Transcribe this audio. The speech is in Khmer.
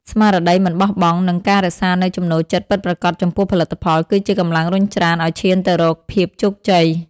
ស្មារតីមិនបោះបង់ និងការរក្សានូវចំណូលចិត្តពិតប្រាកដចំពោះផលិតផល គឺជាកម្លាំងរុញច្រានឱ្យឈានទៅរកភាពជោគជ័យ។